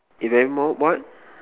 if anymore what